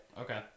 Okay